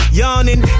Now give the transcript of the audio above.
yawning